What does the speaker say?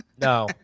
no